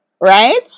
right